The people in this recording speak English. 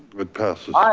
it passes. aye!